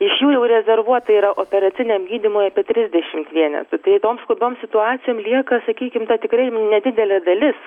iš jų jau rezervuota yra operaciniam gydymui apie trisdešimt vienetų tai toms skubiom situacijom lieka sakykim ta tikrai nedidelė dalis